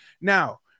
Now